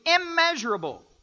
immeasurable